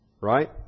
Right